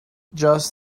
just